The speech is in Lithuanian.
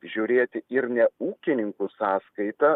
žiūrėti ir ne ūkininkų sąskaita